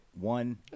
One